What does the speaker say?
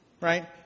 right